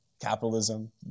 capitalism